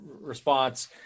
response